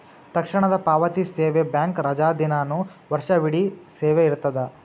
ತಕ್ಷಣದ ಪಾವತಿ ಸೇವೆ ಬ್ಯಾಂಕ್ ರಜಾದಿನಾನು ವರ್ಷವಿಡೇ ಸೇವೆ ಇರ್ತದ